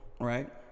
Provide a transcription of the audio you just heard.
right